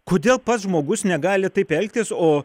kodėl pats žmogus negali taip elgtis o